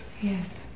Yes